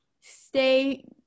stay